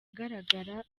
agaragara